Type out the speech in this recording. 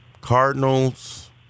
Cardinals